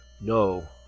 No